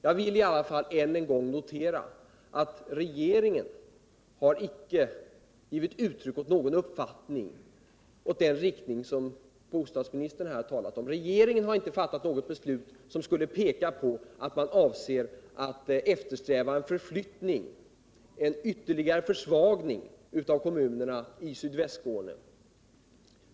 Jag vill i alla fall än en gång notera att regeringen inte har givit uttryck åt någon uppfattning i den riktning som bostadsministern har talat om. Regeringen har inte fattat något beslut som Om uttalande skulle peka på att man avser att eftersträva en utflyttning från och ytterligare försvagning av kommunerna i Sydvästskåne.